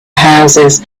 houses